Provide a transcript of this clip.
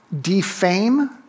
defame